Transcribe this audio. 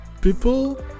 people